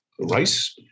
rice